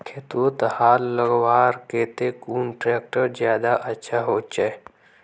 खेतोत हाल लगवार केते कुन ट्रैक्टर ज्यादा अच्छा होचए?